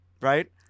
right